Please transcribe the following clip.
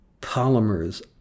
polymers